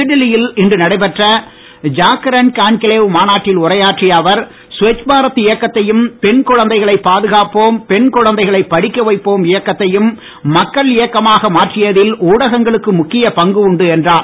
புதுடெல்லியில் இன்று நடைபெற்ற ஜாக்ரண் கான்கிளேவ் மாநாட்டில் உரையாற்றிய அவர் சுவச் பாரத் இயக்கத்தையும் பெண் குழந்தைகளை பாதுகாப்போம் பெண் குழந்தைகளை படிக்க வைப்போம் இயக்கத்தையும் மக்கள் இயக்கமாக மாற்றியதில் ஊடகங்களுக்கு முக்கிய பங்கு உண்டு என்றார்